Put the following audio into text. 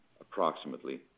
approximately